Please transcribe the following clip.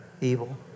evil